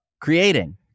creating